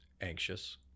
anxious